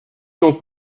donc